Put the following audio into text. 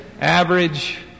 average